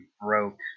broke